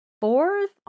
fourth